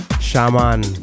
Shaman